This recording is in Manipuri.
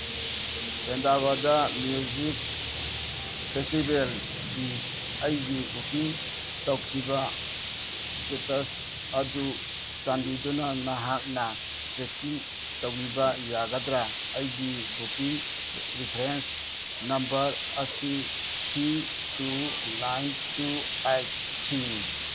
ꯐꯦꯟꯗꯥꯒꯣꯗ ꯃ꯭ꯌꯨꯖꯤꯛ ꯐꯦꯁꯇꯤꯚꯦꯜꯒꯤ ꯑꯩꯒꯤ ꯕꯨꯀꯤꯡ ꯇꯧꯈꯤꯕ ꯏꯁꯇꯦꯇꯁ ꯑꯗꯨ ꯆꯥꯟꯕꯤꯗꯨꯅ ꯅꯍꯥꯛꯅ ꯆꯦꯀꯤꯡ ꯇꯧꯕꯤꯕ ꯌꯥꯒꯗ꯭ꯔꯥ ꯑꯩꯒꯤ ꯕꯨꯀꯤꯡ ꯔꯤꯐ꯭ꯔꯦꯟꯁ ꯅꯝꯕꯔ ꯑꯁꯤ three two nine two eight ꯊ꯭ꯔꯤꯅꯤ